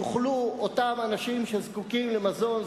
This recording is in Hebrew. יוכלו אותם אנשים שזקוקים למזון,